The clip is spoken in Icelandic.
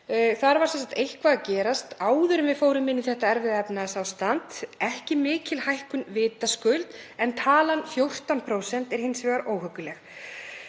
Þar var sem sagt eitthvað að gerast áður en við fórum inn í þetta erfiða efnahagsástand. Ekki mikil hækkun vitaskuld, en talan 14% er hins vegar óhugguleg.